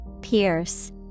pierce